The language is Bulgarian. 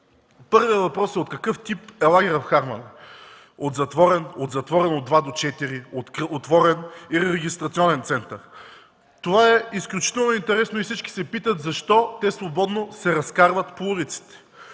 в Харманли: От какъв тип е лагерът в Харманли? От затворен от два до четири, от отворен или регистрационен център? Това е изключително интересно. Всички се питат: защо те свободно се разкарват по улиците?